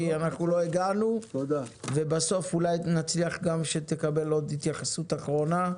כי אנחנו לא הגענו ובסוף אולי נצליח שתקבל עוד התייחסות אחרונה.